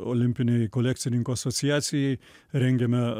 olimpinei kolekcininkų asociacijai rengiame